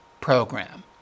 program